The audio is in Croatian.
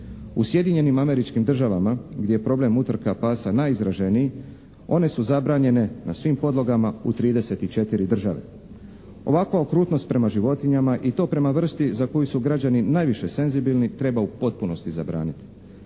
U Sjedinjenim Američkim Državama gdje je problem utrka pasa najizraženiji, one su zabranjene na svim podlogama u 34 države. Ovakva okrutnost prema životinjama i to prema vrsti za koju su građani najviše senzibilni treba u potpunosti zabraniti.